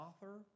author